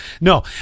No